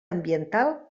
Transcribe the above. ambiental